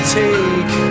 take